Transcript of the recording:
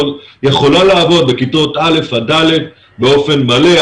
יכולה לעבוד בכיתות א' עד ד' באופן מלא.